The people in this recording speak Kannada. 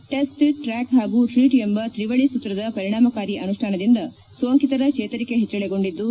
ಟಿಸ್ಸ್ ಟ್ರಾಕ್ ಹಾಗೂ ಟ್ರೀಟ್ ಎಂಬ ತ್ರಿವಳಿ ಸೂತ್ರದ ಪರಿಣಾಮಕಾರಿ ಅನುಷ್ಠಾನದಿಂದ ಸೋಂಕಿತರ ಚೇತರಿಕೆ ಹೆಚ್ಚಳಗೊಂಡಿದ್ದು